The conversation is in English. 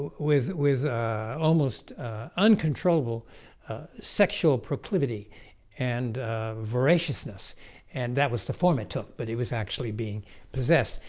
with with almost uncontrollable sexual proclivity and voracious nests and that was the form it took but it was actually being possessed.